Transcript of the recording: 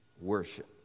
worship